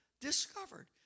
discovered